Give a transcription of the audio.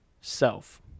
self